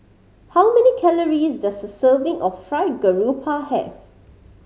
how many calories does a serving of fried grouper have